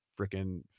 freaking